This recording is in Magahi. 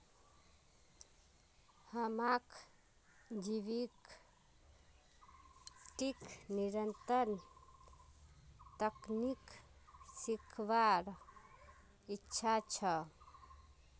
हमाक जैविक कीट नियंत्रण तकनीक सीखवार इच्छा छ